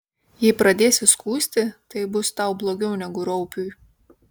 jei pradėsi skųsti tai bus tau blogiau negu raupiui